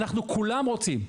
אנחנו כולם רוצים.